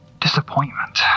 disappointment